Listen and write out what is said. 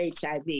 HIV